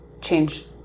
change